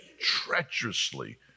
treacherously